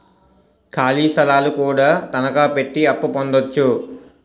ఖాళీ స్థలాలు కూడా తనకాపెట్టి అప్పు పొందొచ్చు